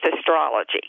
astrology